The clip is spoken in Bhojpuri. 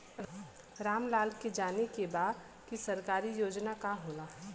राम लाल के जाने के बा की सरकारी योजना का होला?